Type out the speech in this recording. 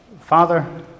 Father